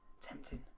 Tempting